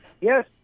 Yes